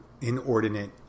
inordinate